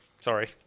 Sorry